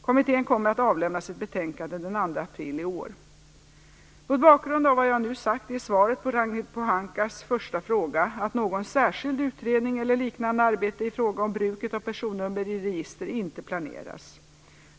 Kommittén kommer att avlämna sitt betänkande den 2 april i år. Mot bakgrund av vad jag nu sagt är svaret på Ragnhild Pohankas första fråga att någon särskild utredning eller liknande arbete i fråga om bruket av personnummer i register inte planeras.